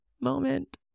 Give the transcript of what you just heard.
moment